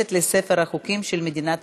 22 חברי כנסת בעד, אין מתנגדים, אין נמנעים.